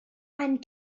and